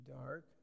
dark